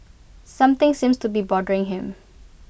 something seems to be bothering him